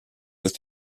with